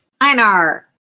Einar